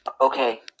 Okay